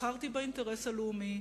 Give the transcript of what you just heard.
בחרתי באינטרס הלאומי,